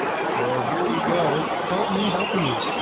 so here we go. help me help you